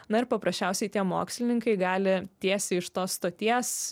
na ir paprasčiausiai tie mokslininkai gali tiesiai iš tos stoties